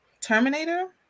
Terminator